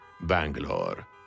Bangalore